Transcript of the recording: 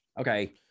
okay